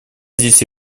здесь